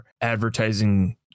advertising